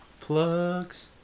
Plugs